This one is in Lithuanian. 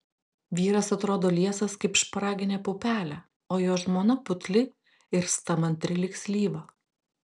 vyras atrodo liesas kaip šparaginė pupelė o jo žmona putli ir stamantri lyg slyva